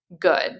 good